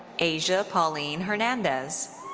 asia pauline hernandez.